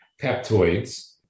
peptoids